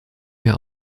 mehr